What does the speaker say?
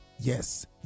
yes